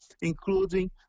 including